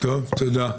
תודה.